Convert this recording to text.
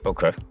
Okay